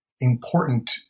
important